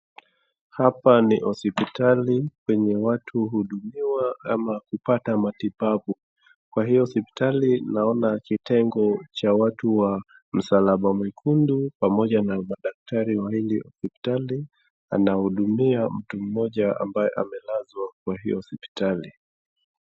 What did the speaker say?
Hapa ni hospitali kwenye watu huhudumiwa ama kupata matibabu. Kwa hiyo hospitali naona kitengo cha watu wa msalaba mwekundu, pamoja na madaktari wa hili hospitali anahudumia mtu mmoja ambaye amelazwa kwa hio hospitali.